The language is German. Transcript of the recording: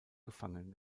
gefangen